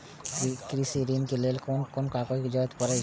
कृषि ऋण के लेल कोन कोन कागज के जरुरत परे छै?